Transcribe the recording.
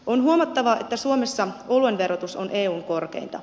on huomattava että suomessa oluen verotus on eun korkeinta